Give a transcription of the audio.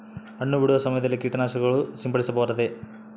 ಹಣ್ಣು ಬಿಡುವ ಸಮಯದಲ್ಲಿ ಕೇಟನಾಶಕ ಸಿಂಪಡಿಸಬಾರದೆ?